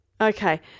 Okay